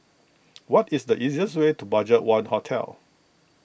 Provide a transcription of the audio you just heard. what is the easiest way to Budgetone Hotel